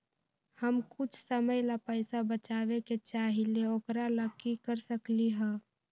हम कुछ समय ला पैसा बचाबे के चाहईले ओकरा ला की कर सकली ह?